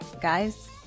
guys